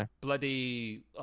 bloody